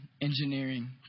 engineering